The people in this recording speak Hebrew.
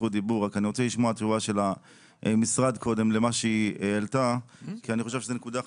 אני רוצה לשמוע את תשובת המשרד כי אני חושב שזאת נקודה חשובה.